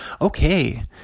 Okay